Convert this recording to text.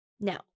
Now